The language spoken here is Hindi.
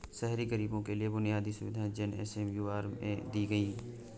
शहरी गरीबों के लिए बुनियादी सुविधाएं जे.एन.एम.यू.आर.एम में दी गई